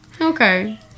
Okay